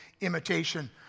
imitation